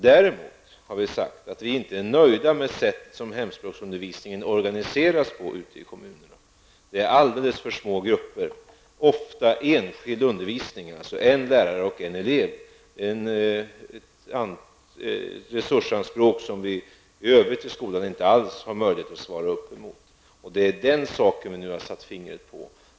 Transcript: Vi har däremot sagt att vi inte är nöjda med det sätt som hemspråksundervisningen organiseras på ute i kommunerna. Det är alldeles för små grupper, ofta enskild undervisning med en lärare och en elev -- ett resursanspråk som vi i övrigt i skolan inte alls har möjlighet att svara upp emot. Det är den saken vi nu har satt fingret på.